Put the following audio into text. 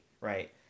right